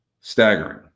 Staggering